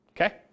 okay